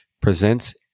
presents